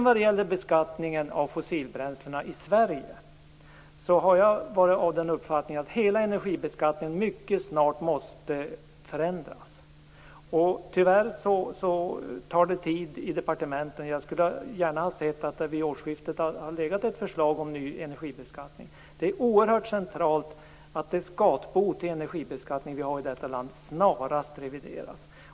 Vad gäller beskattningen av fossilbränslena i Sverige har jag haft den uppfattningen att hela energibeskattningen mycket snart måste förändras. Tyvärr tar det tid i departementen, men jag skulle gärna ha sett att det vid årsskiftet hade legat ett förslag om ny energibeskattning. Det är oerhört centralt att det skatbo till energibeskattning som vi har i detta land snarast revideras.